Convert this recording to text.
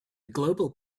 global